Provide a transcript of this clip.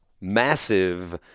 massive